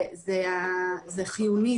זה חיוני,